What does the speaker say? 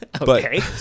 Okay